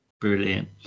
Brilliant